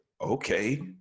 Okay